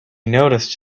noticed